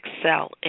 excel